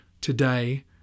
today